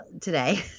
today